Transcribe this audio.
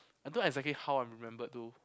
I don't exactly how I'm remembered to